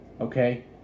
Okay